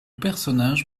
personnage